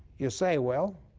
you say, well,